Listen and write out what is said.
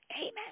Amen